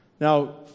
Now